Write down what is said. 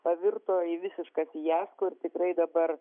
pavirto į visišką fiasko ir tikrai dabar